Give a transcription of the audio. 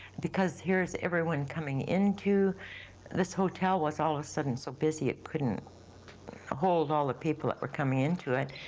because here is everyone coming into this hotel, was all of a sudden so busy it couldn't ah hold all the people that were coming into it.